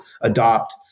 adopt